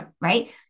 right